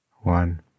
one